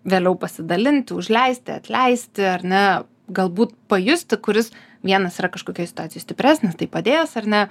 vėliau pasidalinti užleisti atleisti ar ne galbūt pajusti kuris vienas yra kažkokioj situacijoj stipresnis tai padės ar ne